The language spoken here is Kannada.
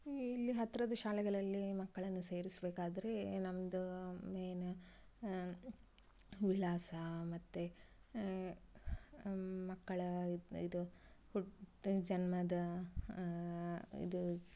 ಇಲ್ಲಿ ಹತ್ತಿರದ ಶಾಲೆಗಳಲ್ಲಿ ಮಕ್ಕಳನ್ನು ಸೇರಿಸಬೇಕಾದ್ರೆ ನಮ್ಮದು ಮೇನ್ ವಿಳಾಸ ಮತ್ತು ಮಕ್ಕಳ ಇದು ಇದು ಹುಟ್ಟಿದ ಜನ್ಮದ ಇದು